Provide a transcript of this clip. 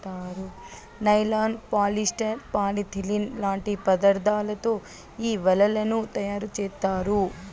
nylon, polyester, polythene లాంటి పదార్థాలతో ఈ వలలను తయారుచేత్తారు